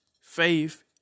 faith